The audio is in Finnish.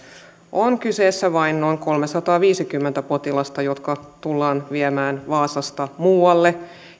on kyseessä vain noin kolmesataaviisikymmentä potilasta jotka tullaan viemään vaasasta muualle